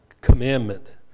commandment